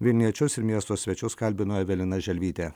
vilniečius ir miesto svečius kalbino evelina želvytė